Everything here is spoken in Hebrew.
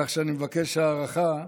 כך שאני מבקש הארכה.